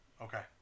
Okay